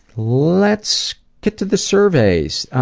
let's get to the surveys!